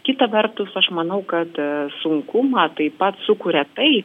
kita vertus aš manau kad sunkumą taip pat sukuria tai